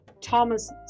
thomas